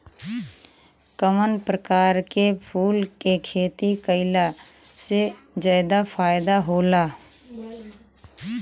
कवना प्रकार के फूल के खेती कइला से ज्यादा फायदा होला?